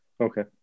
Okay